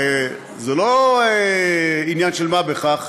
הרי זה לא עניין של מה בכך,